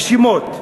שמות.